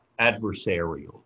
adversarial